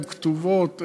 הן כתובות,